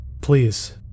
Please